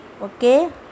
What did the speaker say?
Okay